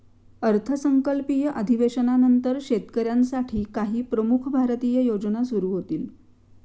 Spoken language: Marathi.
अर्थसंकल्पीय अधिवेशनानंतर शेतकऱ्यांसाठी काही प्रमुख भारतीय योजना सुरू होतील